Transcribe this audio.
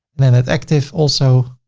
then at active, also